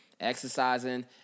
Exercising